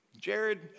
Jared